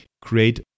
create